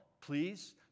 Please